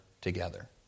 together